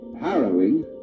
harrowing